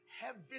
Heaven